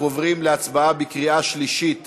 אנחנו עוברים להצבעה בקריאה שלישית